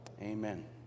Amen